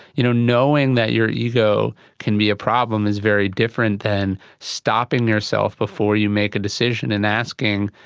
you know knowing that your ego can be a problem is very different than stopping yourself before you make a decision and asking,